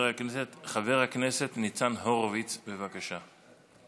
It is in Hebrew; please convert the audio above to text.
חבר הכנסת ניצן הורוביץ, בבקשה.